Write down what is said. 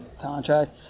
contract